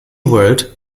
world